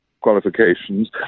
qualifications